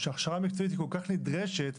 כשהכשרה מקצועית היא כל כך נדרשת,